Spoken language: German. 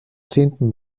zehnten